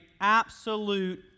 absolute